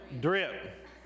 Drip